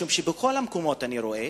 משום שבכל המקומות אני רואה